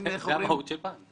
זו המהות של בנק.